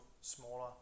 smaller